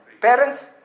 Parents